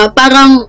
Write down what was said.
parang